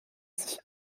sich